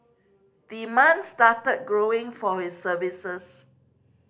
demand started growing for his services